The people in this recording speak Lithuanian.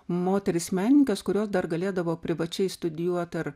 moterys menininkės kurios dar galėdavo privačiai studijuoti ar